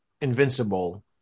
invincible